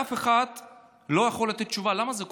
אף אחד לא יכול לתת תשובה למה זה קורה.